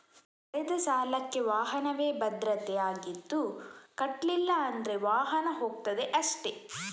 ಪಡೆದ ಸಾಲಕ್ಕೆ ವಾಹನವೇ ಭದ್ರತೆ ಆಗಿದ್ದು ಕಟ್ಲಿಲ್ಲ ಅಂದ್ರೆ ವಾಹನ ಹೋಗ್ತದೆ ಅಷ್ಟೇ